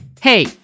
Hey